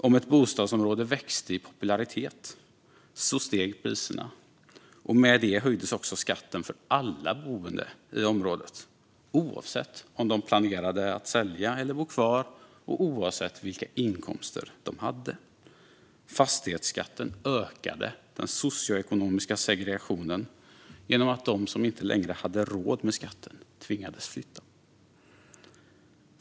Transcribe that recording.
Om ett bostadsområde växte i popularitet steg priserna, och med det höjdes också skatten för alla boende i området oavsett om de planerade att sälja eller bo kvar och oavsett vilka inkomster de hade. Fastighetsskatten ökade den socioekonomiska segregationen genom att de som inte längre hade råd med skatten tvingades flytta.